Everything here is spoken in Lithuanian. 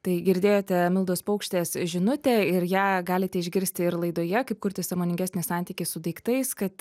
tai girdėjote mildos paukštės žinutę ir ją galite išgirsti ir laidoje kaip kurti sąmoningesnį santykį su daiktais kad